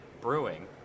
brewing